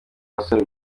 abagore